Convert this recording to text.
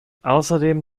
außerdem